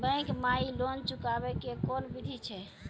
Bank माई loan चुकाबे के कोन बिधि छै?